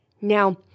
Now